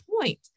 point